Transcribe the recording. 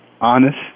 honest